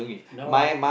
now I